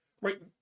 right